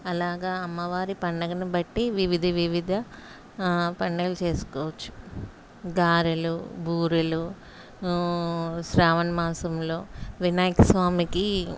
అలాగే అమ్మవారి పండగను బట్టి వివిధ వివిధ పండుగలు చేసుకోవచ్చు గారెలు బూరెలు శ్రావణ మాసంలో వినాయకస్వామికి